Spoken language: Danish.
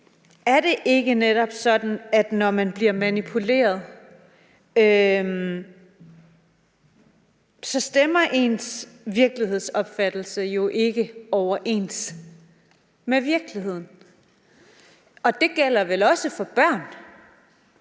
er det ikke netop sådan, at når man bliver manipuleret, stemmer ens virkelighedsopfattelse jo ikke overens med virkeligheden. Og det gælder vel også for børn,